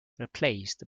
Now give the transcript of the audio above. replaced